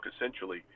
essentially